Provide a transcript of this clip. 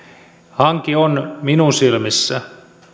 hanke on minun silmissäni